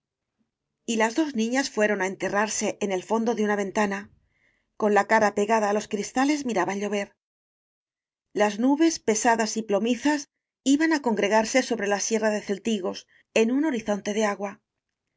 sí y las dos niñas fueron á enterrarse en el fondo de una ventana con la cara pegada á los cristales miraban llover las nubes pesa das y plomizas iban á congregarse sobre la sierra de celtigos en un horizonte de agua